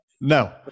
No